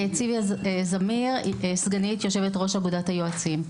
צביה זמיר, סגנית יושב ראש אגודת היועצים.